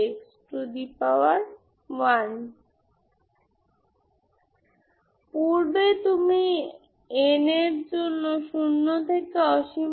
এটি গ্রহণ করে আপনি যা পান তা হল নিয়মিত সময়ের ফোরিয়ার সিরিজ